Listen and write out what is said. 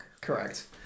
Correct